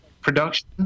production